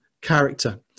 character